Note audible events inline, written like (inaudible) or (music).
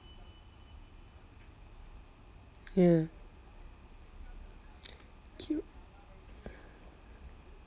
ya (noise) (noise)